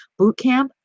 Bootcamp